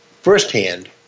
firsthand –